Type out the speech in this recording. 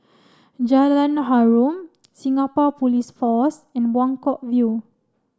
Jalan Harum Singapore Police Force and Buangkok View